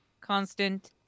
constant